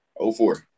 04